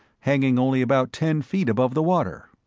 hanging only about ten feet above the water.